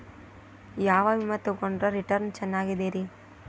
ಯಾವ ವಿಮೆ ತೊಗೊಂಡ್ರ ರಿಟರ್ನ್ ಚೆನ್ನಾಗಿದೆರಿ?